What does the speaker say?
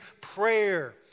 prayer